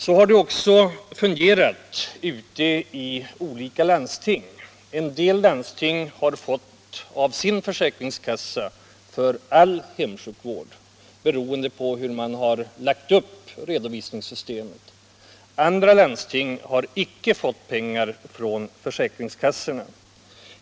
Så har det också fungerat i olika landsting. En del landsting har, beroende på hur redovisningssystemet varit upplagt, fått ersättning av sin försäkringskassa för all hemsjukvård. Andra landsting har däremot icke fått pengar från försäkringskassorna.